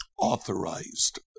authorized